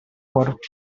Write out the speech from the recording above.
port